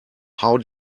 how